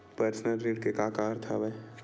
Personal ऋण के का अर्थ हवय?